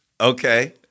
Okay